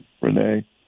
Renee